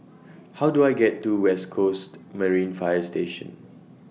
How Do I get to West Coast Marine Fire Station